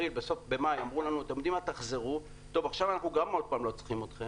במאי אמרו לנו שנחזור אבל עכשיו עוד פעם לא צריכים אותנו.